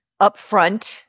upfront